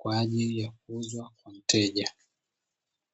kwa ajili ya kuuzwa kwa mteja.